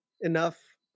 enough